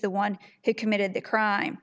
the one who committed the crime